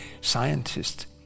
scientists